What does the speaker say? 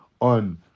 on